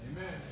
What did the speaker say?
Amen